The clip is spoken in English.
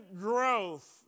growth